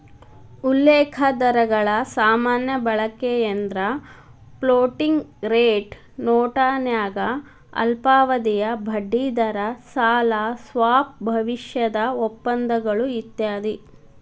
ಉಲ್ಲೇಖ ದರಗಳ ಸಾಮಾನ್ಯ ಬಳಕೆಯೆಂದ್ರ ಫ್ಲೋಟಿಂಗ್ ರೇಟ್ ನೋಟನ್ಯಾಗ ಅಲ್ಪಾವಧಿಯ ಬಡ್ಡಿದರ ಸಾಲ ಸ್ವಾಪ್ ಭವಿಷ್ಯದ ಒಪ್ಪಂದಗಳು ಇತ್ಯಾದಿ